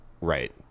right